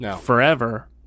forever